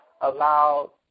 allowed